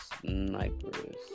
snipers